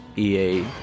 EA